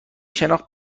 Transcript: شناخت